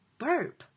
burp